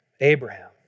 Abraham